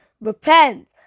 repent